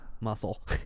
Muscle